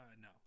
No